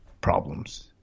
problems